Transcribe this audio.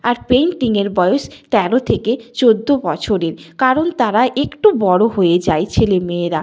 আর পেন্টিংয়ের বয়স তেরো থেকে চৌদ্দ বছরের কারণ তারা একটু বড় হয় যায় ছেলে মেয়েরা